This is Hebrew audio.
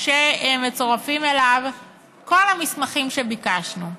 כאשר מצורפים אליו כל המסמכים שביקשנו.